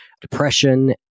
depression